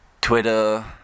Twitter